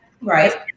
right